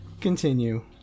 Continue